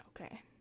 Okay